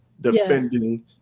defending